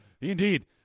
indeed